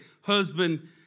husband